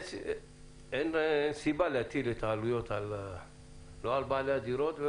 אין סיבה להטיל את העלויות על בעלי הדירות.